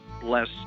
bless